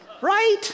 Right